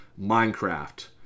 Minecraft